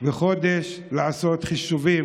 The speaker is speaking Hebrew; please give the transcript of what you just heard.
וחודש לעשות חישובים